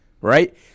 right